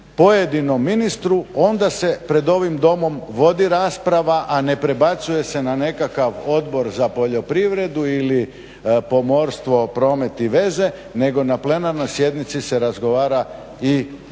pojedinom ministru onda se pred ovim Domom vodi rasprava, a ne prebacuje se na nekakav Odbor za poljoprivredu ili pomorstvo, promet i veze nego na plenarnoj sjednici se razgovara i